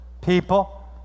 people